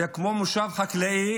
זה כמו מושב חקלאי